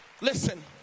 Listen